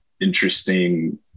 interesting